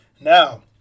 Now